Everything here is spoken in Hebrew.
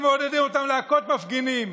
אתם מעודדים אותם להכות מפגינים